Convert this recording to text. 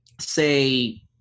say